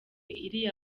iriya